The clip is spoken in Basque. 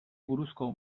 buruzko